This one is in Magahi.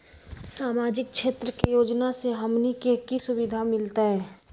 सामाजिक क्षेत्र के योजना से हमनी के की सुविधा मिलतै?